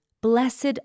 Blessed